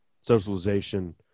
socialization